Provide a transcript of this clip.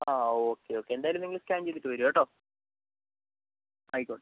ആ okay okay എന്തായാലും നിങ്ങൾ സ്കാൻ ചെയ്തിട്ട് വരൂ കേട്ടോ ആയിക്കോട്ടെ